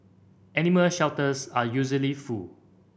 animal shelters are usually full